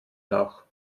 nach